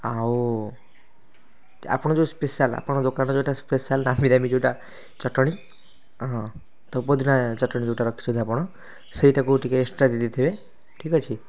ଆଉ ଆପଣ ଯେଉଁ ସ୍ପେସାଲ୍ ଆପଣ ଦୋକାନରେ ଯେଉଁଟା ସ୍ପେସାଲ୍ ନାମୀ ଦାମୀ ଯୋଉଟା ଚଟଣୀ ହଁ ତ ପୋଦିନା ଚଟଣୀ ଯେଉଁଟା ରଖିଛନ୍ତି ଆପଣ ସେଇଟାକୁ ଟିକେ ଏକ୍ସଟ୍ରା ଦେଇ ଦେଇଥିବେ ଠିକ୍ ଅଛି